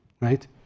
right